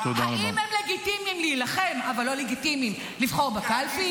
לא עמדה לגיטימית, גלית.